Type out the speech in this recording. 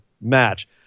match